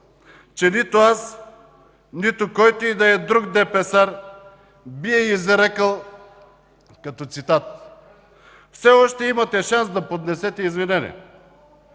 че нито аз, нито който и да е друг депесар би я изрекъл като цитат. Все още имате шанс да поднесете извинение.